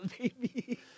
baby